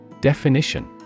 Definition